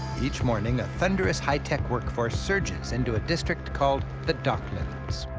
each morning a thunderous high-tech work force surges into a district called the docklands.